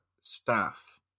staff